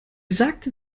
sagte